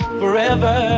forever